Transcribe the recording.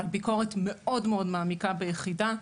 הביקורת מאוד מעמיקה ביחידה,